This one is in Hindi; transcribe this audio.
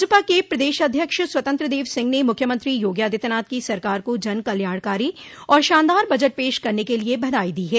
भाजपा क प्रदेश अध्यक्ष स्वतंत्र देव सिंह ने मुख्यमंत्री योगी आदित्यनाथ की सरकार को जनकल्याणकारी और शानदार बजट पेश करने क लिये बधाई दी है